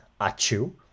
ACHU